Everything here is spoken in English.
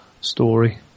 story